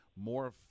more